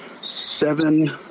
seven